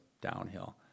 downhill